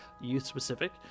youth-specific